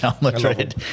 Madrid